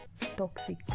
toxic